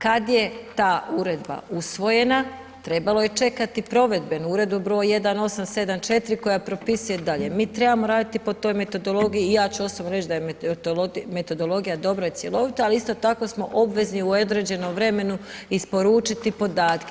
Kad je ta uredba usvojena, trebalo je čekati provedbenu, uredbu 1874 koja propisuje dalje, mi trebamo raditi po toj metodologiji i ja ću osobno reći da je metodologija dobra i cjelovita ali isto tako smo obvezni u određenom vremenu isporučiti podatke.